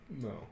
No